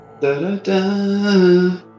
Da-da-da